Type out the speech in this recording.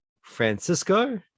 Francisco